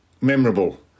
memorable